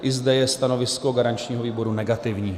I zde je stanovisko garančního výboru negativní.